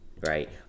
right